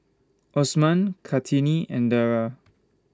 Osman Kartini and Dara